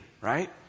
right